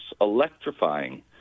electrifying